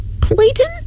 clayton